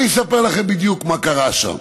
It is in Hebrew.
אני אספר לכם בדיוק מה קרה שם.